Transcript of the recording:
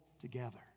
together